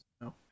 no